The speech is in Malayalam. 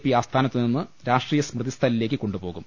പി ആസ്ഥാനത്തുനിന്ന് രാഷ്ട്രീയ സ്മൃതിസ്ഥലിലേക്ക് കൊണ്ടുപോ കും